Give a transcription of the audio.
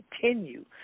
continue